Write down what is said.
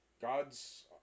God's